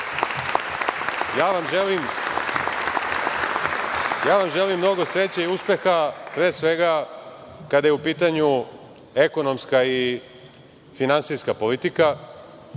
vam mnogo sreće i uspeha, pre svega kada je u pitanju ekonomska i finansijska politika.